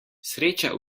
sreča